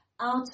out